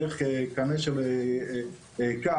דרך קנה של קש,